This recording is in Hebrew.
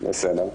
בסדר.